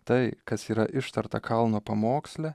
tai kas yra ištarta kalno pamoksle